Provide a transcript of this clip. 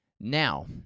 Now-